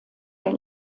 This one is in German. der